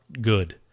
good